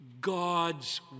God's